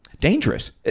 dangerous